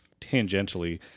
tangentially